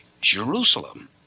Jerusalem